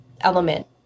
element